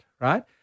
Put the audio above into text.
right